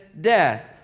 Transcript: death